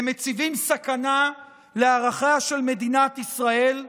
הם מציבים סכנה לערכיה של מדינת ישראל,